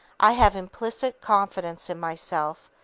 i have implicit confidence in myself!